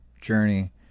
journey